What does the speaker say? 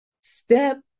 Step